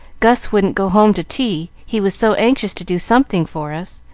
gus wouldn't go home to tea, he was so anxious to do something for us.